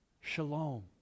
shalom